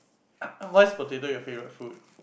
why's potato your favorite food